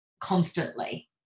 constantly